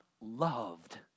loved